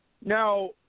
Now